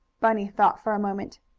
bunny thought for a moment.